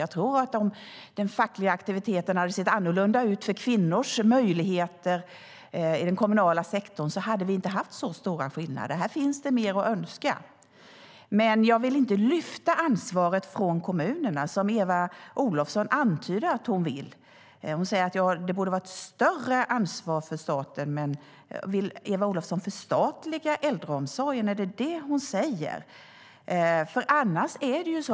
Jag tror att om den fackliga aktiviteten hade sett annorlunda ut för kvinnors möjligheter i den kommunala sektorn skulle vi inte ha haft så stora skillnader. Här finns det mer att önska. Jag vill dock inte lyfta ansvaret från kommunerna, som Eva Olofsson antyder att hon vill göra. Hon säger att det borde vara ett större ansvar för staten. Men vill hon förstatliga äldreomsorgen? Är det detta hon säger?